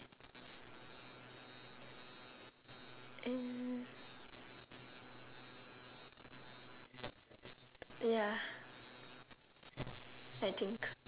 mm ya I think